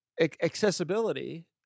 accessibility